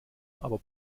aber